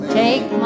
take